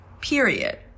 period